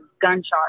gunshots